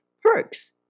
perks